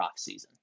offseason